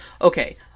Okay